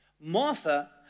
Martha